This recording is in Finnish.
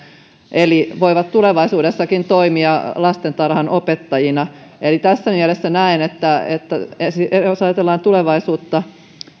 eli voivat tulevaisuudessakin toimia lastentarhanopettajina eli tässä mielessä näen jos ajatellaan tulevaisuutta